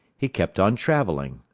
he kept on travelling,